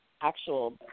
actual